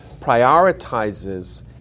prioritizes